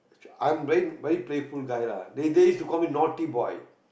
I'm very very playful guy lah they they used to call me naughty boy